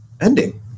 ending